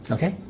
Okay